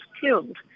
killed